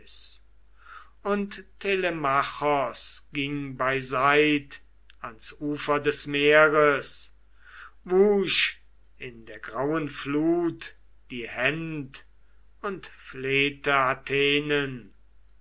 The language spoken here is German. und telemachos ging beiseit ans ufer der meeres wusch in der grauen flut die händ und